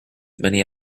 many